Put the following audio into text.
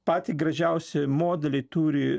pati gražiausią modeli turi